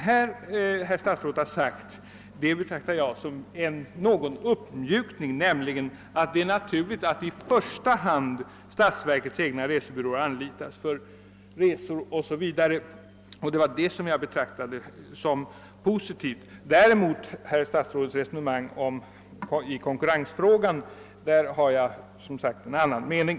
Herr statsrådets ord i svaret — att det är »naturligt att i första hand statsverkets egna resebyråer anlitas för resor» — betraktar jag emellertid som en uppmjukning, och den finner jag positiv. Vad herr statsrådets resonemang i konkurrensfrågan beträffar har jag däremot, som sagt, en annan mening.